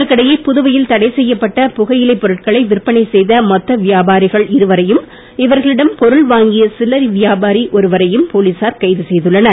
இதற்கிடையே புதுவையில் தடை செய்யப்பட்ட புகையிலைப் பொருட்களை விற்பனை செய்த மொத்த வியாபாரிகள் இருவரையும் இவர்களிடம் பொருள் வாங்கிய சில்லரை வியாபாரி ஒருவரையும் போலீசார் கைது செய்துள்ளனர்